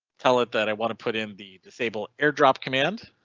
tell it that i want to put in the disable airdrop command.